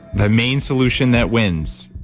the main solution that wins.